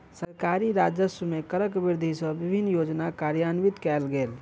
सरकारी राजस्व मे करक वृद्धि सँ विभिन्न योजना कार्यान्वित कयल गेल